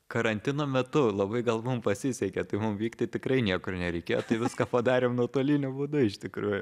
karantino metu labai gal mum pasisekė tai vykti tikrai niekur nereikėjo tai viską padarėm nuotoliniu būdu iš tikrųjų